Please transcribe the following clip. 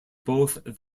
both